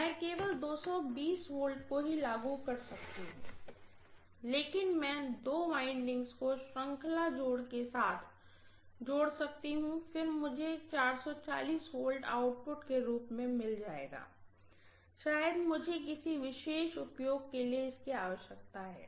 मैं केवल 220V को ही लागू कर सकती हूँ लेकिन मैं दो वाइंडिंग्स को श्रृंखला जोड़ के साथ जोड़ सकती हूँ फिर मुझे 440V आउटपुट के रूप में मिल जाएगा शायद मुझे किसी विशेष उपयोग के लिए इसकी आवश्यकता है